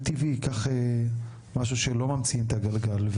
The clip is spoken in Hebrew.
זה טבעי, כך משהו שלא ממציאים את הגלגל.